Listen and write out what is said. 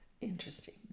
Interesting